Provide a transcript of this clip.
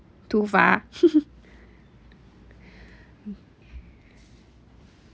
too far